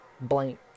Blank